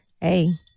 hey